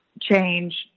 change